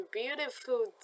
beautiful